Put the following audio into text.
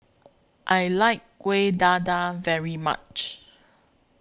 I like Kueh Dadar very much